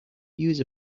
use